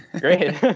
Great